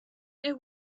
know